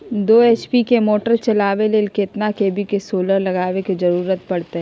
दो एच.पी के मोटर चलावे ले कितना के.वी के सोलर लगावे के जरूरत पड़ते?